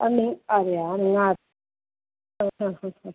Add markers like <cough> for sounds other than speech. <unintelligible>